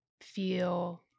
feel